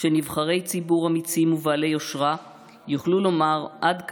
שנבחרי ציבור אמיצים ובעלי יושרה יוכלו לומר "עד כאן"